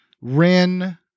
Rin